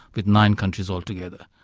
with nine countries altogether.